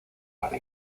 para